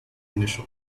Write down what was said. initial